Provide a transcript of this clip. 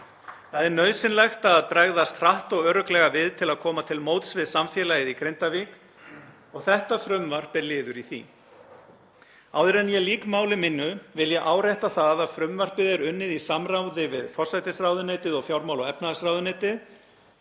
Það er nauðsynlegt að bregðast hratt og örugglega við til að koma til móts við samfélagið í Grindavík og þetta frumvarp er liður í því. Áður en ég lýk máli mínu vil ég árétta það að frumvarpið er unnið í samráði við forsætisráðuneyti og fjármála- og efnahagsráðuneyti,